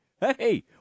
Hey